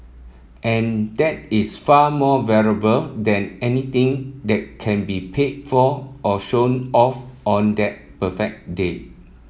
and that is far more valuable than anything that can be paid for or shown off on that perfect day